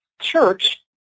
church